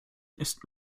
ist